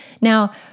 Now